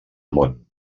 món